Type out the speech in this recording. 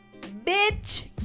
Bitch